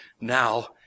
now